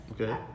Okay